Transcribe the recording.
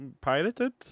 pirated